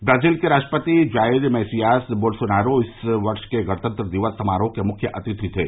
Brazil के राष्ट्रपति Jair Messias Bolsonaro इस वर्ष के गणतंत्र दिवस समारोह के मुख्य अतिथि थे